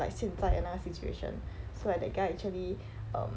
like 现在那个 situation so like that guy actually um